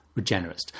Regenerist